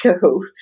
go